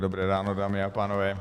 Dobré ráno, dámy a pánové.